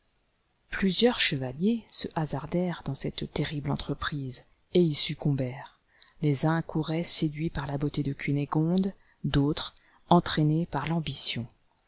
plusieurs chevaliers se hasardèrent dans cette terrible entreprise et y succombèrent les uns accouraient séduits par la beauté de cunégonde d'autres entraînés par l'ambition